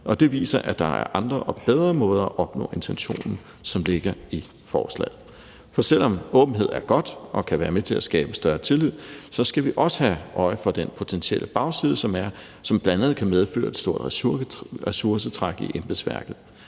Det viser, at der er andre og bedre måder at opnå intentionen, som ligger i forslaget. For selv om åbenhed er godt og kan være med til at skabe større tillid, skal vi også have øje for den potentielle bagside, som bl.a. kan medføre et stort ressourcetræk i embedsværket.